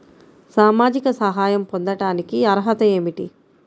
సామాజిక సహాయం పొందటానికి అర్హత ఏమిటి?